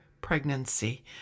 pregnancy